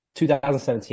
2017